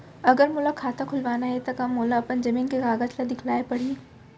अगर मोला खाता खुलवाना हे त का मोला अपन जमीन के कागज ला दिखएल पढही?